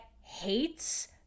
hates